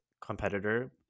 competitor